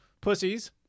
pussies